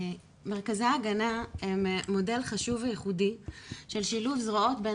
מרכזי ההגנה הם מודל חשוב וייחודי של שילוב זרועות בין